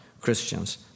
Christians